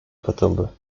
katıldı